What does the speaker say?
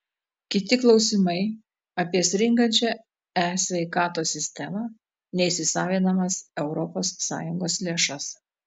kiti klausimai apie stringančią e sveikatos sistemą neįsisavinamas europos sąjungos lėšas